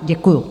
Děkuju.